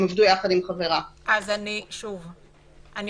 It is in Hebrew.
לא מדובר על אכיפה בבתים פרטנית --- נורא קל